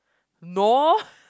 no